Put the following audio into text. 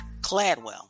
Cladwell